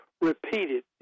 repeated